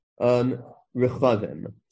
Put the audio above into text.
Rechavim